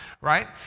right